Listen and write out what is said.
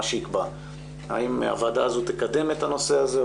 שיקבע האם הוועדה הזאת תקדם את הנושא הזה,